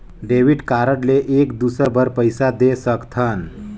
Debit card ले एक दुसर बार पइसा दे सकथन?